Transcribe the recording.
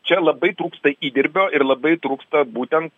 čia labai trūksta įdirbio ir labai trūksta būtent